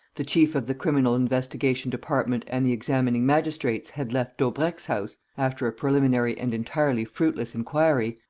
the chief of the criminal-investigation department and the examining-magistrates had left daubrecq's house, after a preliminary and entirely fruitless inquiry,